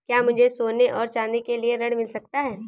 क्या मुझे सोने और चाँदी के लिए ऋण मिल सकता है?